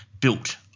built